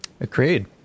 Agreed